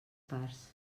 parts